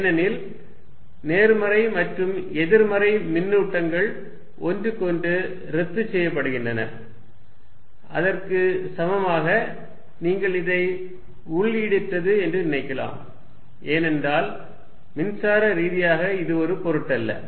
ஏனெனில் நேர்மறை மற்றும் எதிர்மறை மின்னூட்டங்கள் ஒன்றுக்கொன்று ரத்து செய்யப்படுகின்றன அதற்கு சமமாக நீங்கள் இதை உள்ளீடற்றது என்று நினைக்கலாம் ஏனென்றால் மின்சார ரீதியாக இது ஒரு பொருட்டல்ல